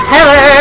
Hello